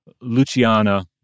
Luciana